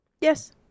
Yes